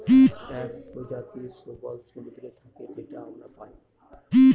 এক প্রজাতির শৈবাল সমুদ্রে থাকে যেটা আমরা পায়